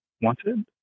wanted